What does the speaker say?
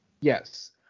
Yes